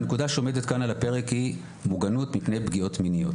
הנקודה שעומדת כאן על הפרק היא מוגנות מפני פגיעות מיניות,